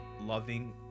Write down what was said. loving